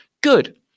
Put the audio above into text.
good